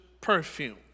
perfume